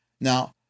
Now